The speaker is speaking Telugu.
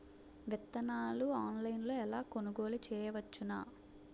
విత్తనాలను ఆన్లైన్లో ఎలా కొనుగోలు చేయవచ్చున?